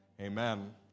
amen